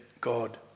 God